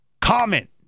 comment